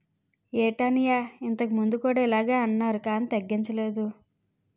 ఏటన్నయ్యా ఇంతకుముందు కూడా ఇలగే అన్నారు కానీ తగ్గించలేదు